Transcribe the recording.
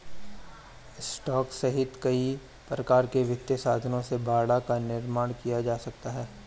stock सहित कई प्रकार के वित्तीय साधनों से बाड़ा का निर्माण किया जा सकता है